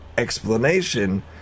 explanation